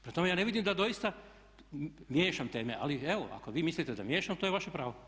Prema tome, ja ne vidim da doista miješam teme, ali evo ako vi mislite da miješam to je vaše pravo.